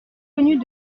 venu